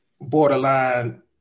borderline